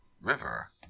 river